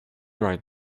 right